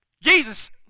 Jesus